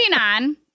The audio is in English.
on